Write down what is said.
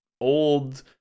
old